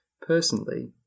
Personally